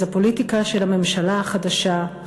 אז הפוליטיקה של הממשלה החדשה,